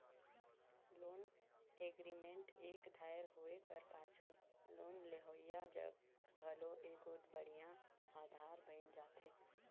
loan agreement एक धाएर होए कर पाछू लोन लेहोइया जग घलो एगोट बड़िहा अधार बइन जाथे